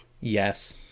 Yes